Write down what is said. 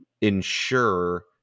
ensure